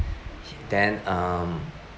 then um